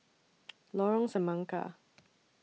Lorong Semangka